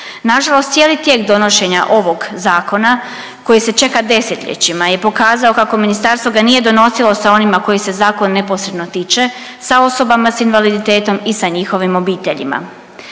Nažalost cijeli tijek donošenja ovog zakona koji se čeka 10-ljećima je pokazao kako ministarstvo ga nije donosilo sa onima kojih se zakon neposredno tiče, sa osobama s invaliditetom i sa njihovim obiteljima.